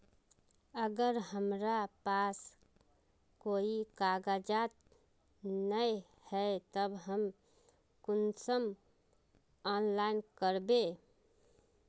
अगर हमरा पास कोई कागजात नय है तब हम कुंसम ऑनलाइन करबे?